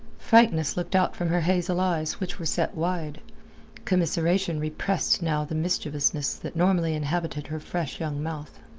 frankness looked out from her hazel eyes which were set wide commiseration repressed now the mischievousness that normally inhabited her fresh young mouth.